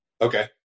okay